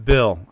Bill